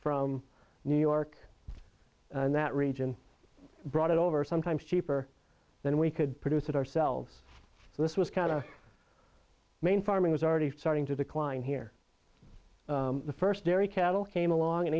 from new york and that region brought it over sometimes cheaper than we could produce it ourselves so this was kind of main farming was already starting to decline here the first dairy cattle came along an